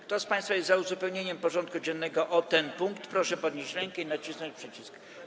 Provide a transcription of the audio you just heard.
Kto z państwa jest za uzupełnieniem porządku dziennego o ten punkt, proszę podnieść rękę i nacisnąć przycisk.